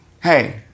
hey